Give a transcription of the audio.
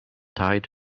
tied